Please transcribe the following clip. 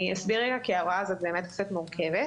אני אסביר רגע כי ההוראה הזו באמת קצת מורכבת.